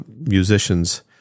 musicians